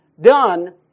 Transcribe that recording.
done